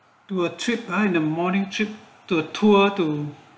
to a trip ah in the morning trip to a tour to